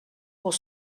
pour